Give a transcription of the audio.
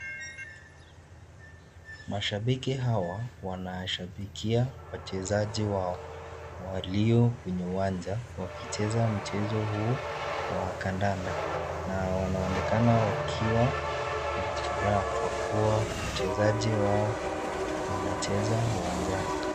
Mashabiki hawa, wanawashabikia wachezaji wao, walio kwenye uwanja, wakicheza mchezo huu, wa kadanda na wanaonekana wakiwa na furaha kwa kuwa wachezaji wao wanacheza uwanjaani.